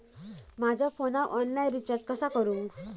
माझ्या फोनाक online recharge कसा करू?